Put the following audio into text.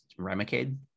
Remicade